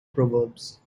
proverbs